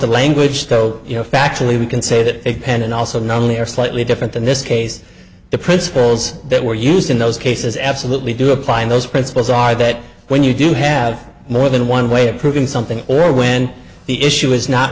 the language though you know factually we can say that pen and also not only are slightly different in this case the principles that were used in those cases absolutely do apply and those principles are that when you do have more than one way of proving something or when the issue is not